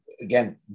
again